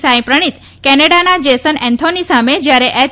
સાઈપ્રણીત કેનેડાના Jason Anthony સામે જ્યારે એચ